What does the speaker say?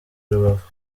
rubavu